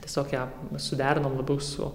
tiesiog ją suderinom su